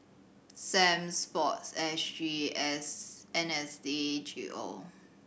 Sam SPORTSG S N S D G O